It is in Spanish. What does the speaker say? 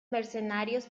mercenarios